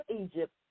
Egypt